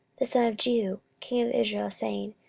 the son of jehu, king of israel, saying,